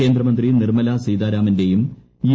കേന്ദ്രമന്ത്രി നിർമ്മലാ സീതാരാമന്റെയും യു